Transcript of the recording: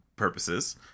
purposes